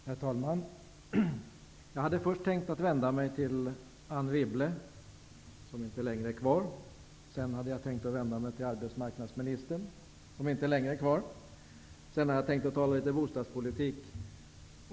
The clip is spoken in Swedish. Herr talman! Jag hade först tänkt vända mig till Anne Wibble, men hon är inte längre kvar. Därefter hade jag tänkt vända mig till arbetsmarknadsministern, som inte heller är kvar. Sedan hade jag tänkt tala litet om bostadspolitik.